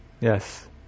Yes